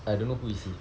I don't know who is he